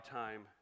time